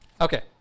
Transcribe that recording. Okay